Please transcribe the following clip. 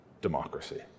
democracy